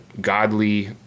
godly